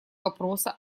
вопроса